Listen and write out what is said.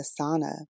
Asana